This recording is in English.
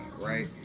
right